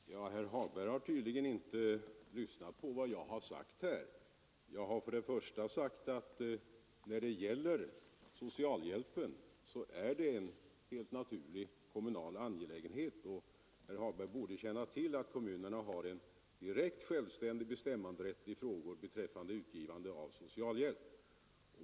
Herr talman! Herr Hagberg har tydligen inte lyssnat på vad jag har sagt här. Jag har sagt att socialhjälpen är en kommunal angelägenhet, och herr Hagberg borde känna till att kommunerna har en direkt självständig bestämmanderätt i frågor beträffande utgivande av socialhjälp.